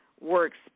works